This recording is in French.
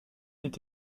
est